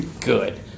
Good